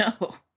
no